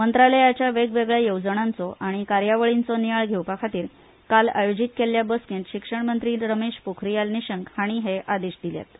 मंत्रालयाच्या वेगवेगळ्या येवजण्यांचो आनी कार्यावळीचो नियाळ घेवपा खातीर काल आयोजीत केल्ले बसकेंत शिक्षण मंत्री रमेश पोखरियाल निशंक हांणी हे आदेश दिल्यात